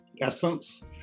essence